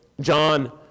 John